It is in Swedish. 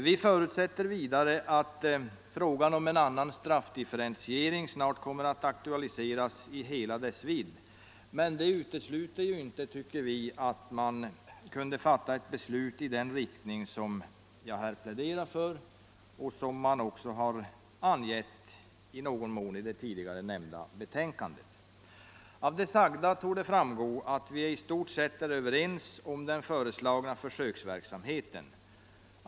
Vi förutsätter vidare att frågan om en annan straffdifferentiering snart kommer att aktualiseras i hela sin vidd, vilket dock inte utesluter att man fattar ett beslut i den riktning som jag här pläderat för och som också har angetts i någon mån i det tidigare nämnda betänkandet. Av det sagda torde framgå att vi i stort sett är överens om den föreslagna försöksverksamheten.